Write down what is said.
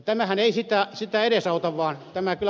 tämähän ei sitä edesauta